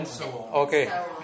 Okay